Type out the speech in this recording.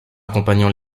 accompagnant